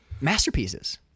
masterpieces